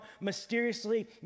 mysteriously